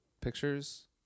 pictures